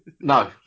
No